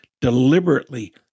deliberately